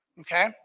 Okay